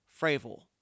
Fravel